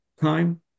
time